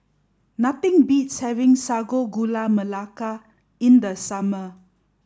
nothing beats having Sago Gula Melaka in the summer